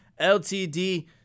Ltd